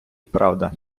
правда